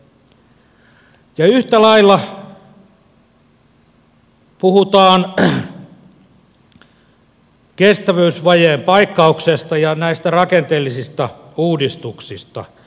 yhtä lailla puhutaan kestävyysvajeen paikkauksesta ja näistä rakenteellisista uudistuksista